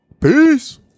Peace